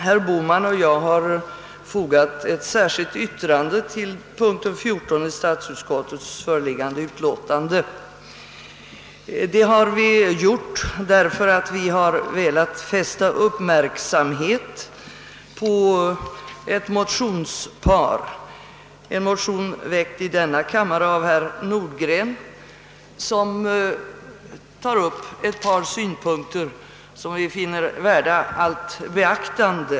Herr Bohman och jag har fogat ett särskilt yttrande till punkt 14 i statsutskottets föreliggande utlåtande för att fästa uppmärksamheten på ett motionspar — motionen i denna kammare väckt av herr Nordgren — som tar upp ett par synpunkter vilka vi finner värda allt beaktande.